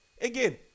Again